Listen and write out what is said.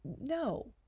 No